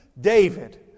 David